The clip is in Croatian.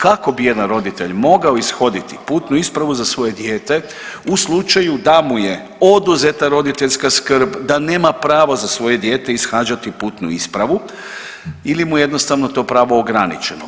Kako bi jedan roditelj mogao ishoditi putnu ispravu za svoje dijete u slučaju da mu je oduzeta roditeljska skrb, da nema pravo za svoje dijete ishađati putnu ispravu ili mu je jednostavno to pravo ograničeno.